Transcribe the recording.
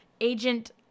Agent